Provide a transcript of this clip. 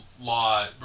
law